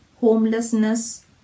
homelessness